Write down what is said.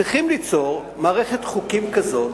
צריכים ליצור מערכת חוקים כזאת,